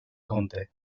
conte